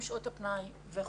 עם שעות הפנאי וכולי.